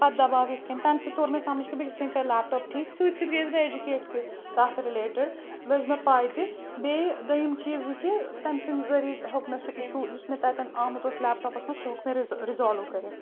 پَتہٕ دَباو یِتھ کَنۍ تَمہِ سۭتۍ تۆر مےٚ سَمج کہِ بہٕ کِتھ کَنۍ کَرٕ لیپٹاپ ٹھیٖک سۭتۍ سۭتۍ گٔیَس بہٕ اٮ۪جُکیٹ تہِ تَتھ رٕلیٹٕڈ لٔج مےٚ پَے تہِ بیٚیہِ دوٚیِم چیٖز یہِ کہِ تَمۍ سٕنٛدۍ ذٔریعہ ہیوٚک مےٚ سُہ اِشوٗ یُس مےٚ تَتؠن آمُت اوس لیپٹاپَس منٛز سُہ ہیوٚک مےٚ رِز رِزالُو کٔرِتھ